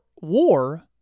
war